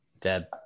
Dead